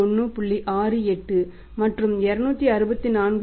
68 மற்றும் 264